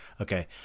Okay